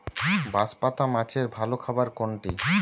বাঁশপাতা মাছের ভালো খাবার কোনটি?